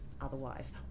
otherwise